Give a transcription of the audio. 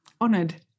honored